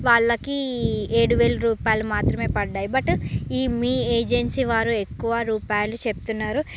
వాళ్లకి ఏడు వేల రూపాయలు మాత్రమే పడ్డాయి బట్ ఈ మీ ఏజెన్సీ వారు ఎక్కువ రూపాయలు చెప్తున్నారు